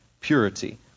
purity